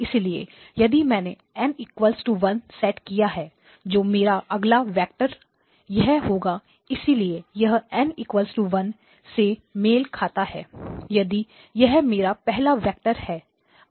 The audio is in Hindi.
इसलिए यदि मैंने N 1 सेट किया है तो मेरा अगला वेक्टर यह होगा इसलिए यह N 1 से मेल खाता है यदि यह मेरा पहला वेक्टर है